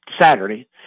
Saturday